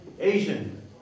Asian